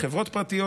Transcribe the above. חברות פרטיות.